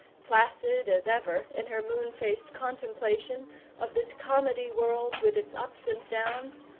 placid as ever in her moonfaced contemplation of this comedy-world with its ups and downs,